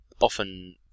often